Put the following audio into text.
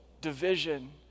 division